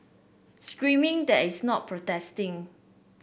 screaming that is not protesting